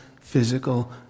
physical